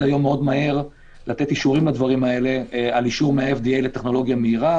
מאוד מהר היום לתת אישורים לדברים האלה אישור לטכנולוגיה מהירה,